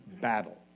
battle